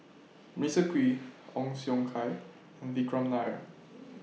Melissa Kwee Ong Siong Kai and Vikram Nair